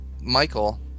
Michael